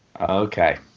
Okay